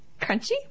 crunchy